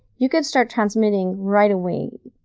you could start transmitting right away,